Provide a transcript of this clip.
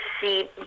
see